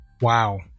wow